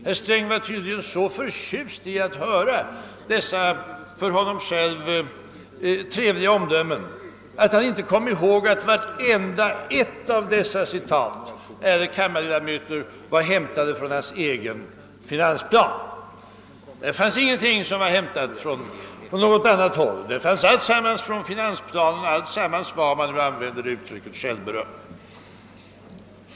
Herr Sträng var tydligen så förtjust över att höra dessa för honom så trevliga omdömen, att han inte kom ihåg att vartenda ett av citaten härstammade från hans egen finansplan. Ingenting hade hämtats från annat håll. Alltsammans var självberöm.